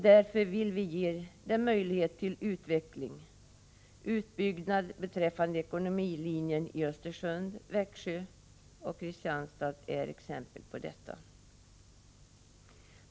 Därför vill vi ge dem möjlighet till utveckling. Utbyggnad av ekonomilinjen i Östersund, Växjö och Kristianstad är exempel på detta.